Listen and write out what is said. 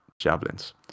javelins